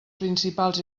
principals